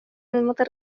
المطر